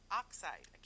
oxide